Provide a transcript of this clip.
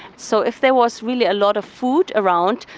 so if there was really a lot of food around,